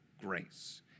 grace